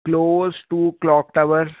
global stock clock tower